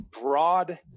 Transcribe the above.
Broad